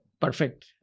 perfect